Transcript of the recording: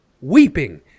weeping